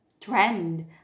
trend